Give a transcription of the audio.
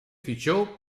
fichó